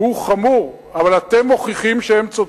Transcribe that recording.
הוא חמור, אבל אתם מוכיחים שהם צודקים,